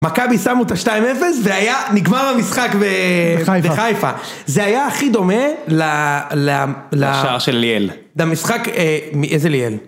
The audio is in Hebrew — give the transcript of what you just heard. מכבי שמו את ה-2-0 והיה נגמר המשחק בחיפה, זה היה הכי דומה לשער של ליאל. למשחק, איזה ליאל?